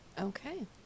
okay